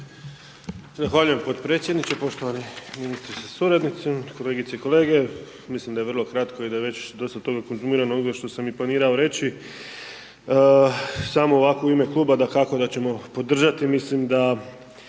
Zahvaljujem potpredsjedniče, poštovani ministre sa suradnicom, kolegice i kolege. Mislim da je vrlo kratko i da je već dosta toga .../Govornik se ne razumije./... što sam i planirao reći. Samo ovako, u ime kluba, dakako da ćemo podržati, mislim da